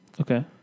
Okay